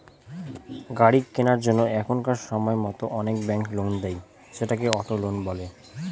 গাড়ি কেনার জন্য এখনকার সময়তো অনেক ব্যাঙ্ক লোন দেয়, সেটাকে অটো লোন বলে